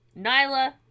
Nyla